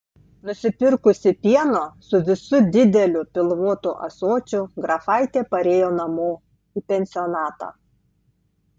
nusipirkusi pieno su visu dideliu pilvotu ąsočiu grafaitė parėjo namo į pensionatą